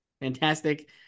fantastic